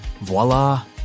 Voila